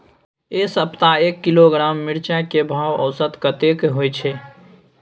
ऐ सप्ताह एक किलोग्राम मिर्चाय के भाव औसत कतेक होय छै?